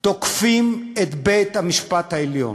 תוקפים את בית-המשפט העליון,